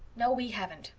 no, we haven't,